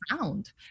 found